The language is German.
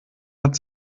hat